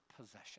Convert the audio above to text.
possession